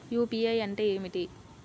UPI అంటే ఏమిటీ?